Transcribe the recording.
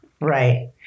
Right